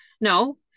no